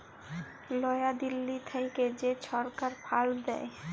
লয়া দিল্লী থ্যাইকে যে ছরকার ফাল্ড দেয়